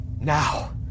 Now